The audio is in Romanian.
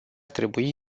trebui